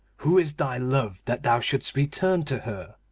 who is thy love, that thou shouldst return to her?